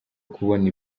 kubona